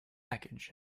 package